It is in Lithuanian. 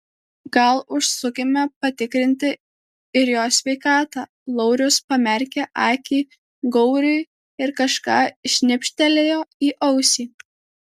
gal užsukime patikrinti ir jo sveikatą laurius pamerkė akį gauriui ir kažką šnibžtelėjo į ausį